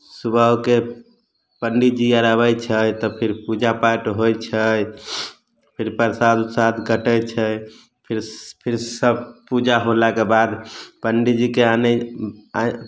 सुबह होके पंडित जी आर अबैत छै तऽ फिर पूजा पाठ होइत छै फिर प्रसाद ओरसाद कटैत छै फिर फिर सब सब पूजा होलाके बाद पंडीजीके अनै